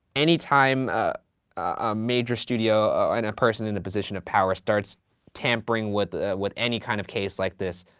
any time a major studio and a person in a position of power starts tampering with with any kind of case like this,